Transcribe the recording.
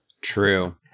True